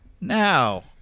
now